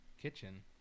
kitchen